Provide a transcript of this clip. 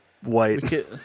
white